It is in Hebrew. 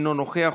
אינו נוכח,